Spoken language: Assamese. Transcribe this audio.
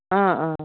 অ' অ'